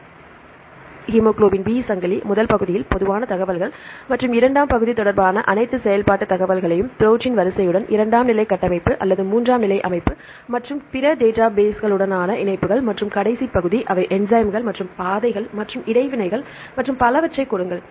எனவே இங்கே haemoglobin B சங்கிலி முதல் பகுதியில் பொதுவான தகவல்கள் மற்றும் இரண்டாம் பகுதி தொடர்பான அனைத்து செயல்பாட்டு தகவல்களையும் ப்ரோடீன் வரிசையுடன் இரண்டாம் நிலை கட்டமைப்பு அல்லது மூன்றாம் நிலை அமைப்பு மற்றும் பிற டேட்டாபேஸ்களுடனான இணைப்புகள் மற்றும் கடைசி பகுதி அவை என்சைம்கள் மற்றும் பாதைகள் மற்றும் இடைவினைகள் மற்றும் பலவற்றைக் கொடுங்கள்